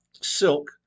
silk